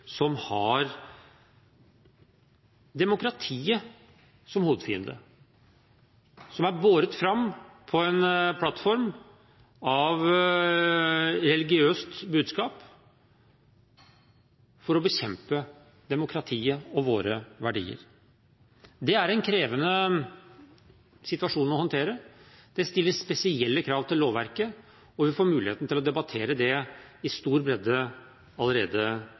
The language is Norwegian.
som har demokratiet som hovedfiende, og som er båret fram på en plattform av religiøst budskap for å bekjempe demokratiet og våre verdier. Det er en krevende situasjon å håndtere. Det stiller spesielle krav til lovverket, og vi får muligheten til å debattere det i stor bredde allerede